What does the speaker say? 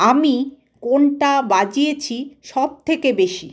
আমি কোনটা বাজিয়েছি সবথেকে বেশি